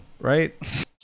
right